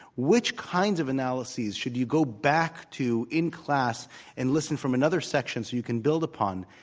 which kinds of analyses should you go back to in class and listen from another section so you can build upon?